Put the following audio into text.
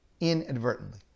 inadvertently